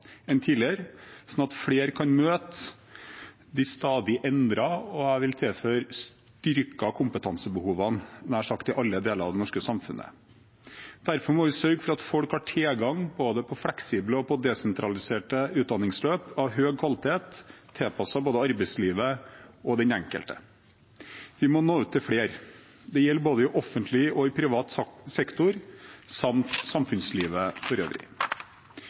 tidligere, slik at flere kan møte de stadig endrede og jeg vil tilføye styrkede kompetansebehovene nær sagt i alle deler av det norske samfunnet. Derfor må vi sørge for at folk har tilgang på både fleksible og desentraliserte utdanningsløp av høy kvalitet, tilpasset både arbeidslivet og den enkelte. Vi må nå ut til flere. Dette gjelder både i offentlig og privat sektor samt i samfunnslivet for øvrig.